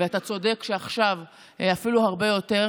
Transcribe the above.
ואתה צודק שעכשיו אפילו הרבה יותר,